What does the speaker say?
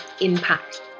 impact